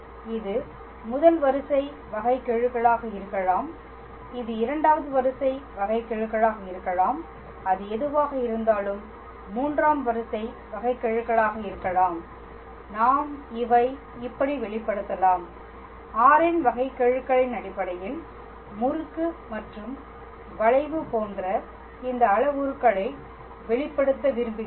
இது முதல் வரிசை வகைக்கெழுகலாக இருக்கலாம் இது இரண்டாவது வரிசை வகைக்கெழுகலாக இருக்கலாம் அது எதுவாக இருந்தாலும் மூன்றாம் வரிசை வகைக்கெழுகலாக இருக்கலாம் நாம் இவை இப்படி வெளிப்படுத்தலாம் r இன் வகைக்கெழுகலின் அடிப்படையில் முறுக்கு மற்றும் வளைவு போன்ற இந்த அளவுருக்களை வெளிப்படுத்த விரும்புகிறோம்